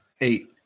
Eight